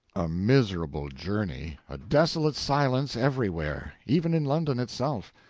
a miserable journey. a desolate silence everywhere. even in london itself.